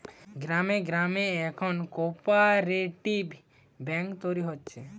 গ্রামে গ্রামে এখন কোপরেটিভ বেঙ্ক তৈরী হচ্ছে